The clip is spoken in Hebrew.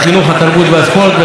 וכן לצוות לשכתי,